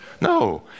No